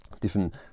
different